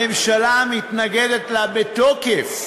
הממשלה מתנגדת לה בתוקף,